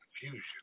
confusion